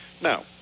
now